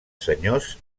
senyors